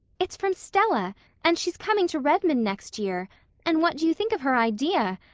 it's from stella and she's coming to redmond next year and what do you think of her idea?